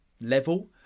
level